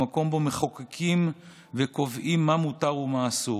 במקום שבו מחוקקים וקובעים מה מותר ומה אסור,